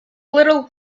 little